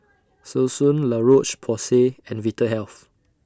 Selsun La Roche Porsay and Vitahealth